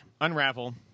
*Unravel*